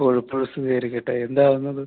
ഇപ്പോഴും എപ്പോഴും സ്തുതിയായിരിക്കട്ടെ എന്താണ് വന്നത്